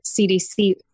CDC